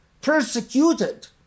persecuted